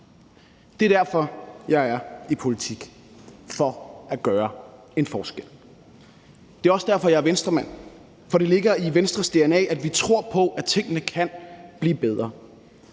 Det er derfor, jeg er i politik: for at gøre en forskel. Det er også derfor, jeg er Venstremand. For det ligger i Venstres dna, at vi tror på, at tingene kan blive bedre.